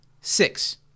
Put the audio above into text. Six